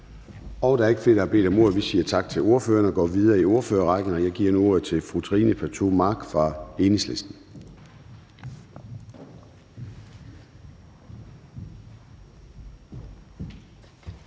Der er ikke flere, der har bedt om ordet, og vi siger tak til ordføreren. Vi går videre i ordførerrækken, og jeg giver nu ordet til fru Trine Pertou Mach fra Enhedslisten.